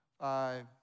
five